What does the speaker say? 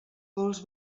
vols